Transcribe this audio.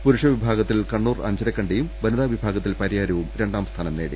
പുരുഷ വിഭാഗത്തിൽ കണ്ണൂർ അഞ്ചര ക്കണ്ടിയും വനിതാ വിഭാഗത്തിൽ പരിയാരവും രണ്ടാം സ്ഥാനം നേടി